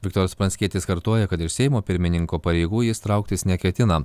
viktoras pranckietis kartoja kad iš seimo pirmininko pareigų jis trauktis neketina